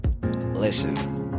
listen